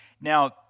Now